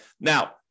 Now